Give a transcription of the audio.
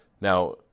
Now